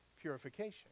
purification